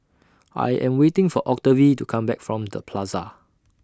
I Am waiting For Octavie to Come Back from The Plaza